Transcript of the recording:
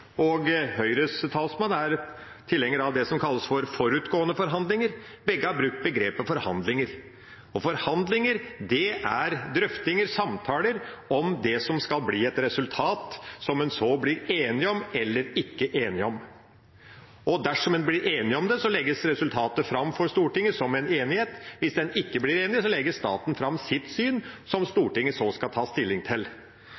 og Høyres talsmann er tilhenger av det som kalles for forutgående forhandlinger. Begge har brukt begrepet «forhandlinger». Og forhandlinger er drøftinger, samtaler om det som skal bli et resultat som man så blir enige om eller ikke enige om. Dersom man blir enige om det, legges resultatet fram for Stortinget som en enighet. Hvis man ikke blir enige, legger staten fram sitt syn, som Stortinget så skal ta stilling til.